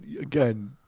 again